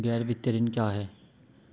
गैर वित्तीय ऋण क्या है?